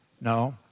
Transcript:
No